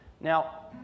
Now